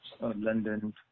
London